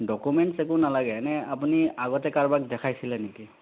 documents একো নালাগে এনে আপুনি আগতে কাৰোবাক দেখাইছিলে নেকি